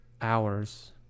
hours